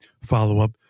follow-up